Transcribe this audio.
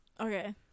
Okay